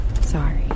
Sorry